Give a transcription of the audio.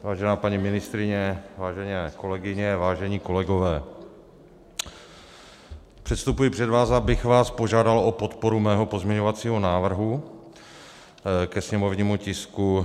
Vážená paní ministryně, vážené kolegyně, vážení kolegové, předstupuji před vás, abych vás požádal o podporu mého pozměňovacího návrhu ke sněmovnímu tisku 1230 , nebo chceteli, 1230 .